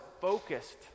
focused